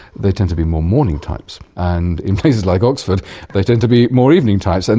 they tend to be more morning types, and in places like oxford they tend to be more evening types. and